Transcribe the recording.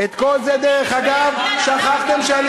אתם יודעים מי עשה את זה?